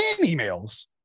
emails